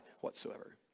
whatsoever